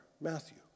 Matthew